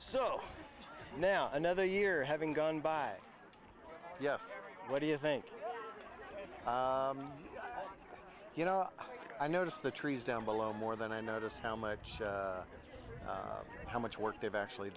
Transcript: so now another year having gone by yes what do you think you know i noticed the trees down below more than i notice how much how much work they've actually